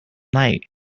night